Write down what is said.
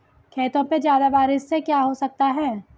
खेतों पे ज्यादा बारिश से क्या हो सकता है?